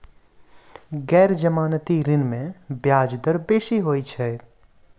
गैर जमानती ऋण में ब्याज दर बेसी होइत अछि